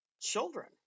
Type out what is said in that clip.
children